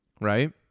Right